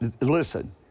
listen